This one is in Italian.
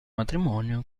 matrimonio